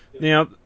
Now